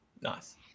Nice